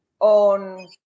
on